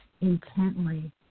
intently